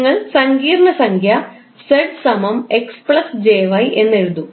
നിങ്ങൾ സങ്കീർണ്ണ സംഖ്യ 𝑧 𝑥 𝑗𝑦 എന്നെഴുതും